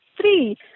Three